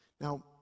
Now